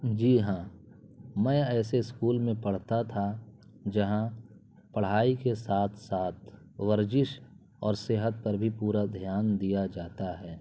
جی ہاں میں ایسے اسکول میں پڑھتا تھا جہاں پڑھائی کے ساتھ ساتھ ورزش اور صحت پر بھی پورا دھیان دیا جاتا ہے